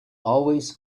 always